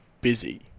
busy